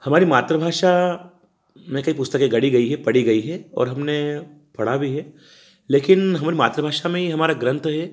हमारी मातृभाषा में कई पुस्तकें गढ़ी गई हैं पढ़ी गई हैं और हमने पढ़ा भी है लेकिन हमारी मातृभाषा में ही हमारा ग्रंथ है